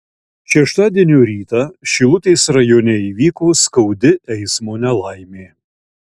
šeštadienio rytą šilutės rajone įvyko skaudi eismo nelaimė